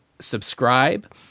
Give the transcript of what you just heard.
subscribe